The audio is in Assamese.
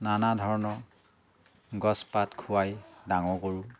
নানা ধৰণৰ গছপাত খুৱাই ডাঙৰ কৰোঁ